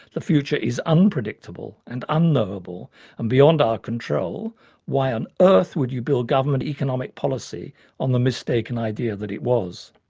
the future is unpredictable and unknowable and beyond our control why on earth would you build government economic policy on the mistaken idea that it was.